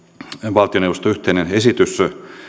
valtioneuvoston yhteinen esitys